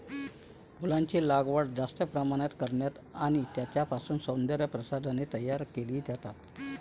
फुलांचा लागवड जास्त प्रमाणात करतात आणि त्यांच्यापासून सौंदर्य प्रसाधने तयार केली जातात